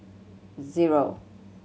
zero